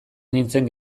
nintzen